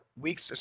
weeks